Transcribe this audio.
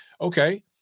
okay